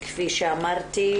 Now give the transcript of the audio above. כפי שאמרתי,